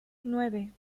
nueve